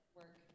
work